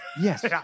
Yes